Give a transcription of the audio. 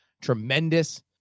tremendous